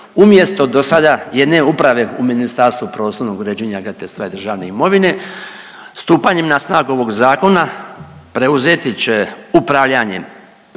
umjesto do sada jedne uprave u Ministarstvu prostornog uređenja, graditeljstva i državne imovine stupanjem na snagu ovog zakona preuzeti će upravljanjem